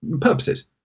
purposes